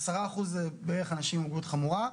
10% בערך אנשים עם מוגבלות חמורה.